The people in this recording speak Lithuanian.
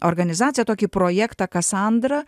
organizaciją tokį projektą kasandra